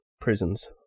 prisons